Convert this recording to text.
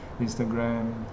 Instagram